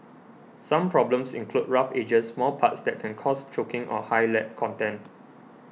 some problems include rough edges small parts that can cause choking or high lead content